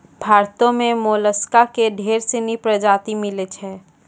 भारतो में मोलसका के ढेर सिनी परजाती मिलै छै